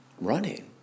running